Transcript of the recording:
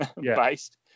based